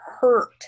hurt